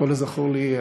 ככל הזכור לי,